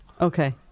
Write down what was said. Okay